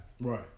Right